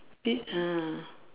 pi~ ah